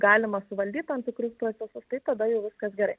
galima suvaldyt tam tikrus procesus tai tada jau viskas gerai